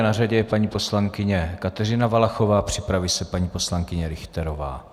Na řadě je paní poslankyně Kateřina Valachová, připraví se paní poslankyně Richterová.